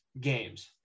games